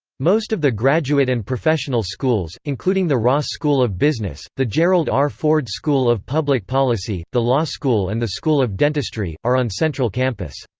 most of the graduate and professional schools, including the ross school of business, the gerald r. ford school of public policy, the law school and the school of dentistry, are on central campus.